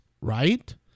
right